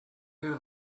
you